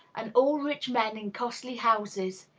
and all rich men in costly houses,